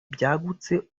byagutse